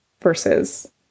versus